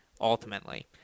ultimately